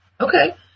Okay